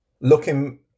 looking